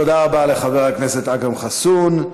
תודה רבה לחבר הכנסת אכרם חסון.